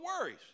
worries